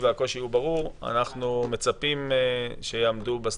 אני רק אגיד לפרוטוקול שאנחנו רוצים שזה יעבור היום במליאה.